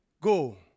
Go